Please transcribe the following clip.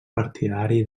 partidari